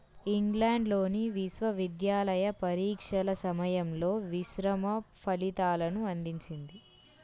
ఇంగ్లాండ్లోని విశ్వవిద్యాలయ పరీక్షల సమయంలో మిశ్రమ ఫలితాలను అందించింది